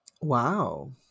Wow